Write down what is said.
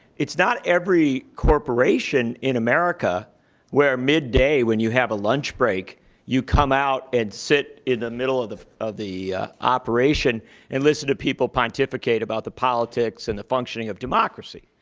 it's not every corporation in america where midday when you have a lunch break you come out and sit in the middle of the of the operation and listen to people pontificate about the politics and the functioning of democracy.